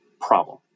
problem